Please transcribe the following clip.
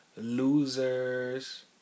losers